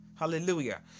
Hallelujah